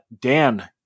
Dan